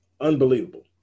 unbelievable